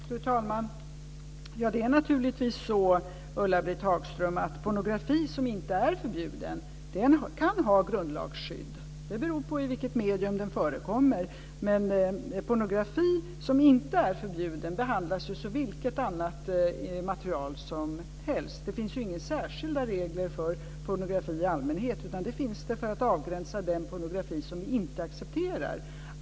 Fru talman! Det är naturligtvis så, Ulla-Britt Hagström, att pornografi som inte är förbjuden kan ha grundlagsskydd. Det beror på i vilket medium den förekommer. Pornografi som inte är förbjuden behandlas som vilket annat material som helst. Det finns inga särskilda regler för pornografi i allmänhet. Det finns det för att avgränsa den pornografi som vi inte accepterar.